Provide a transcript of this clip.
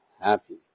happy